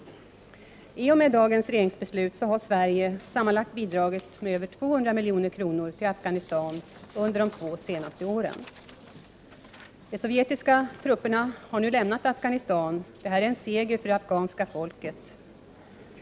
I och med dagens regeringsbeslut har Sverige sammanlagt bidragit med över 200 milj.kr. till Afghanistan under de två senaste åren. De sovjetiska trupperna har nu lämnat Afghanistan. Detta är en seger för det afghanska folket.